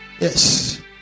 Yes